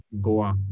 Goa